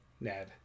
Ned